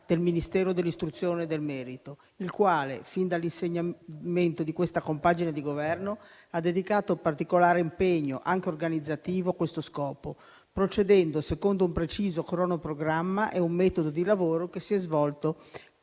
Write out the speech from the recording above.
del Ministero dell'istruzione e del merito, il quale, fin dall'insediamento di questa compagine di Governo, ha dedicato particolare impegno anche organizzativo a questo scopo, procedendo secondo un preciso cronoprogramma e un metodo di lavoro che si è svolto